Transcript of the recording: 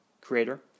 creator